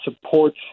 support